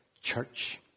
church